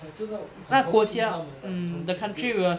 我真的很同情他们 ah 很同情